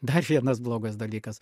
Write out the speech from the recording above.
dar vienas blogas dalykas